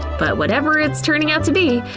but whatever it's turning out to be,